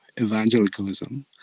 evangelicalism